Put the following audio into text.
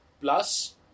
Plus